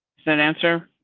an answer